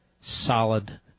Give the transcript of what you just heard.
solid